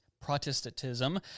Protestantism